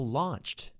launched